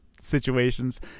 situations